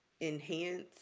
enhance